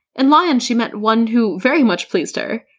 in lyon she met one who very much pleased her.